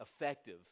effective